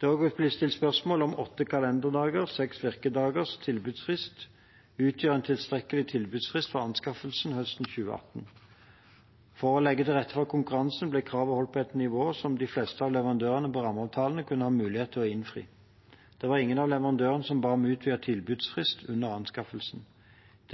Det er også blitt stilt spørsmål om åtte kalenderdagers – seks virkedager – tilbudsfrist utgjorde en tilstrekkelig tilbudsfrist for anskaffelsen høsten 2018. For å legge til rette for konkurranse ble kravene holdt på et nivå som de fleste av leverandørene på rammeavtalen kunne ha mulighet til å innfri. Det var ingen av leverandørene som ba om utvidet tilbudsfrist under anskaffelsen.